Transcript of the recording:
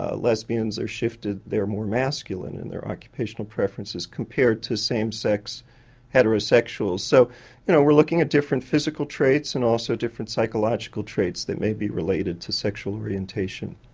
ah lesbians are shifted, they are more masculine in their occupational preferences compared to same-sex heterosexuals. so we you know are looking at different physical traits and also different psychological traits that may be related to sexual orientation.